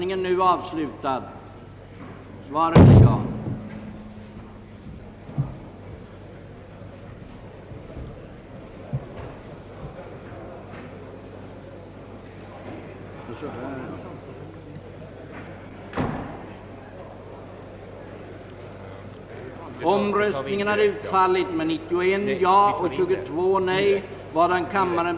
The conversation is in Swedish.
Utövarna av insjöfiske är å sin sida i många fall villrådiga om huruvida de kan fortsätta sin verksamhet.